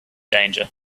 danger